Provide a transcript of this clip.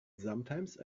sometimes